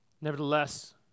Nevertheless